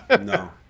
no